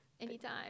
Anytime